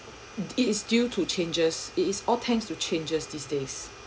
it is due to changes it is all thanks to changes these days